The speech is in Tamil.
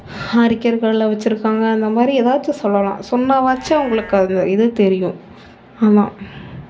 அரிக்கர்களில் வச்சிருக்காங்க அந்தமாதிரி ஏதாச்சும் சொல்லலாம் சொன்னாவாச்சும் அவங்களுக்கு அது இது தெரியும் ஆமாம்